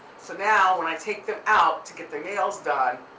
so now when i take them out to get their nails done,